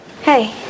Hey